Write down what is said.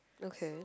okay